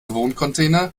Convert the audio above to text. wohncontainer